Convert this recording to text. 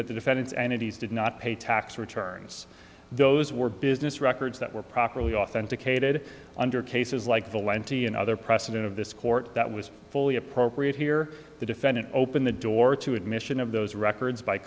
that the defendants energies did not pay tax returns those were business records that were properly authenticated under cases like the lente and other precedent of this court that was fully appropriate here the defendant opened the door to admission of those records by